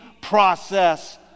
process